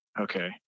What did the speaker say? okay